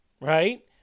right